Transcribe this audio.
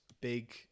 big